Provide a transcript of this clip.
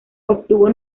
obtuvo